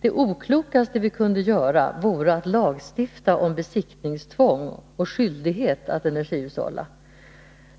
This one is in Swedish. Det oklokaste vi kunde göra vore att lagstifta om besiktningstvång och skyldighet att energihushålla.